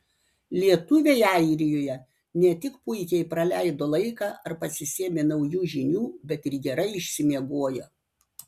lietuviai airijoje ne tik puikiai praleido laiką ar pasisėmė naujų žinių bet ir gerai išsimiegojo